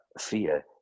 fear